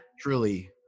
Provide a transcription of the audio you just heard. Truly